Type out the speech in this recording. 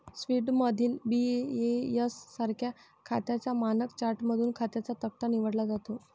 स्वीडनमधील बी.ए.एस सारख्या खात्यांच्या मानक चार्टमधून खात्यांचा तक्ता निवडला जातो